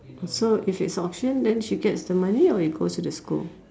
so if it's option then she gets the money or it goes to the school